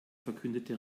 verkündete